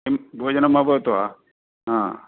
किं भोजनम् अभवत् वा आ